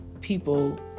people